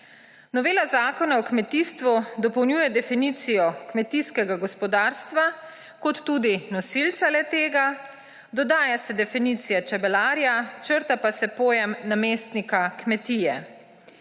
Novela Zakona o kmetijstvu dopolnjuje definicijo kmetijskega gospodarstva kot tudi nosilca le-tega, dodaja se definicija čebelarja, črta pa se pojem namestnika kmetije.